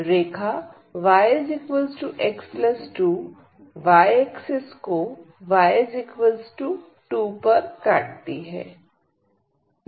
रेखा yx2 Y axis को y 2 पर काटती है